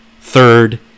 third